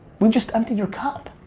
we just emptied your cup.